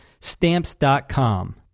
Stamps.com